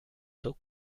though